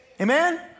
Amen